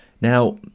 Now